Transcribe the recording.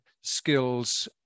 skills